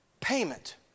payment